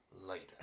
later